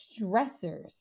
stressors